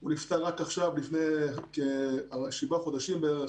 הוא נפטר רק עכשיו לפני כשבעה חודשים בערך.